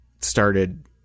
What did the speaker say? started